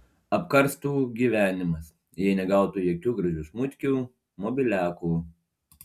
apkarstų gyvenimas jei negautų jokių gražių šmutkių mobiliakų